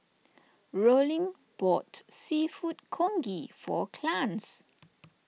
Rollin bought Seafood Congee for Clarnce